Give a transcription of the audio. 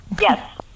Yes